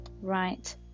Right